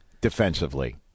defensively